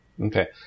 Okay